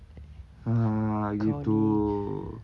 ah gitu